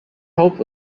hope